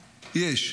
יש: